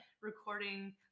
recording